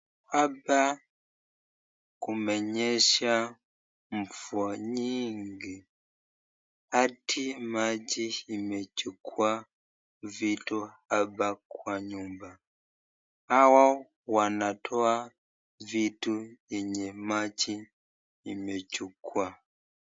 Hapa kumenyesha mvya nyingi hadi maji imechukua vitu hapa kwa nyumba. Hawa wanatoa vitu yenye maji imechukua.